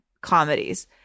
comedies